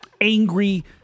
angry